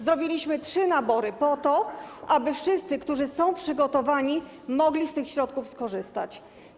Zrobiliśmy trzy nabory po to, aby wszyscy, którzy są przygotowani, mogli z tych środków skorzystać.